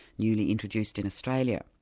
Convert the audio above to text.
newly introduced in australia.